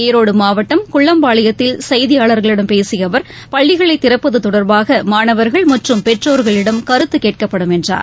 ஈரோடு மாவட்டம் குள்ளம்பாளையத்தில் செய்தியாளர்களிடம் பேசிய அவர் பள்ளிகளை திறப்பது தொடர்பாக மாணவர்கள் மற்றும் பெற்றோர்களிடம் கருத்துக் கேட்கப்படும் என்றார்